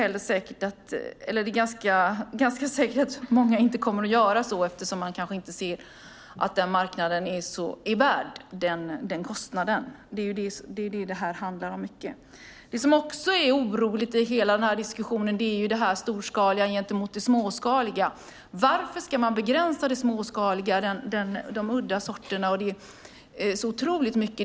Dessutom är det ganska säkert att många inte kommer att göra så eftersom de kanske inte ser att den här marknaden är värd den kostnaden. Det är vad detta mycket handlar om. Oroande i hela den här diskussionen är också detta med det storskaliga gentemot det småskaliga. Varför ska man begränsa det småskaliga och de udda sorterna så otroligt mycket?